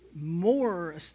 more